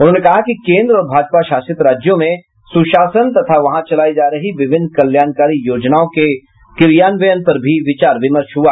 उन्होंने कहा कि केन्द्र और भाजपा शासित राज्यों में सुशासन तथा वहां चलायी जा रही विभिन्न कल्याणकारी योजनाओं के क्रियान्वयन पर भी विचार विमर्श हुआ